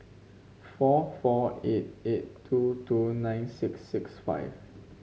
four four eight eight two two nine six six five